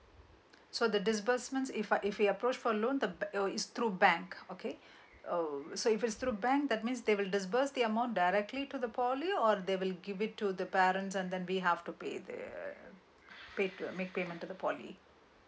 so the disbursements if I if we approach for loan oh it's through bank okay oh so if it's through bank that means they will disburse the amount directly to the poly or they will give it to the parents and then we have to pay the uh pay make payment to the poly